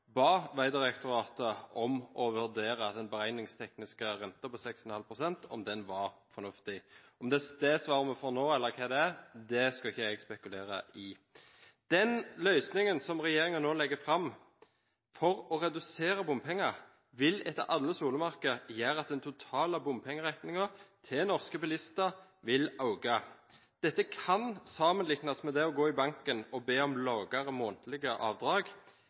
ba Vegdirektoratet om å vurdere om den beregningstekniske renten på 6,5 pst. var fornuftig. Om det er det svaret vi får nå, skal ikke jeg spekulere på. Den løsningen som regjeringen nå legger fram for å redusere bompenger, vil etter alle solemerker gjøre at den totale bompengeregningen til norske bilister vil øke. Dette kan sammenlignes med det å gå i banken og be om lavere månedlige avdrag: